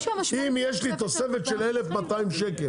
אם יש לי תוספת של 1,200 שקלים.